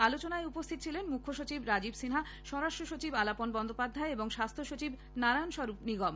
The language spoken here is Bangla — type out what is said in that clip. আলোচনায় উপস্থিত ছিলেন মুখ্যসচিব রাজীব সিনহা স্বরাষ্ট্রসচিব আলাপন বন্দ্যোপাধ্যায় এবং স্বাস্হ্য সচিব নারায়ণস্বরূপ নিগম